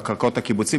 על קרקעות הקיבוצים,